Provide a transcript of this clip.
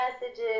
messages